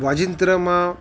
વાજિંત્રમાં